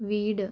വീട്